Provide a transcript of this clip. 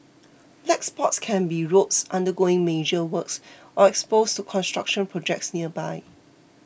black spots can be roads undergoing major works or exposed to construction projects nearby